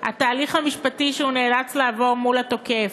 התהליך המשפטי שהוא נאלץ לעבור מול התוקף,